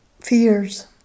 fears